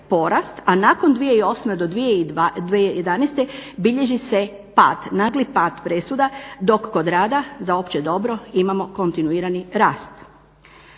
a nakon 2008. do 2011. bilježi se pad, nagli pad presuda, dok kod rada za opće dobre imamo kontinuirani rast.